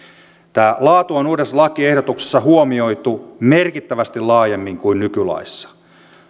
laatu on uudessa lakiehdotuksessa huomioitu merkittävästi laajemmin kuin nykylaissa